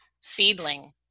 seedling